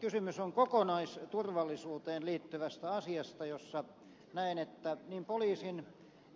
kysymys on kokonaisturvallisuuteen liittyvästä asiasta jossa näen että niin poliisin